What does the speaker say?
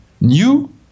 new